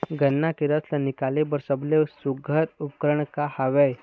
गन्ना के रस ला निकाले बर सबले सुघ्घर का उपकरण हवए?